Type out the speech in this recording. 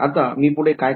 आता मी पुढे काय करणार